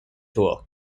tour